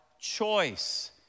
choice